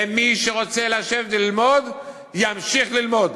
ומי שרוצה לשבת וללמוד, ימשיך ללמוד.